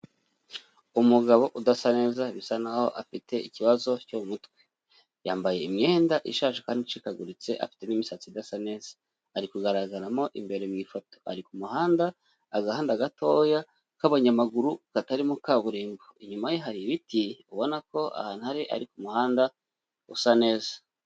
Umugabo udasa neza bisa naho afite ikibazo cyo mu mutwe, yambaye imyenda ishaje kandi icikaguritse, afite n'imisatsi idasa neza, ari kugaragaramo imbere mu ifoto ari ku kumuhanda agahanda gatoya k'abanyamaguru katarimo kaburimbo, inyuma ye hari ibiti ubona ko ahantu ari, ari kumuhanda usa neza.